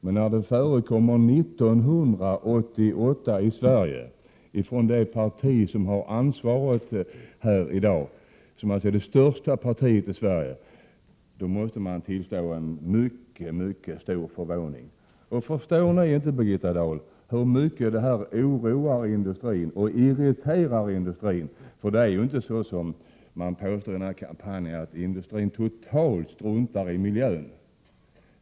Men när det förekommer 1988 i Sverige, och budskapet kommer från det parti som har ansvaret — det största partiet i Sverige — måste man tillstå att man blir mycket förvånad. Förstår ni inte, Birgitta Dahl, hur mycket detta oroar och irriterar industrin? Det förhåller sig ju inte så att industrin totalt struntar i miljön.